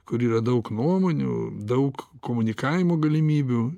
kur yra daug nuomonių daug komunikavimo galimybių